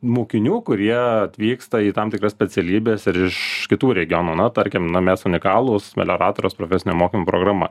mokinių kurie atvyksta į tam tikras specialybes ir iš kitų regionų na tarkim na mes unikalūs melioratoriaus profesinio mokymo programa